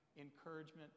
encouragement